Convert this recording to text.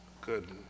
Good